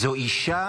זו אישה